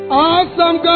awesome